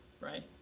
right